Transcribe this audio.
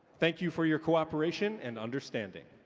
thank you for your cooperation and understanding.